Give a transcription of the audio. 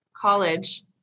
college